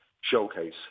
showcase